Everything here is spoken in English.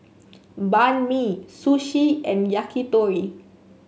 Banh Mi Sushi and Yakitori